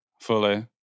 fully